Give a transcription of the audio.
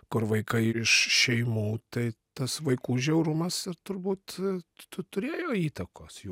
kur vaikai iš šeimų tai tas vaikų žiaurumas ir turbūt tu turėjo įtakos jų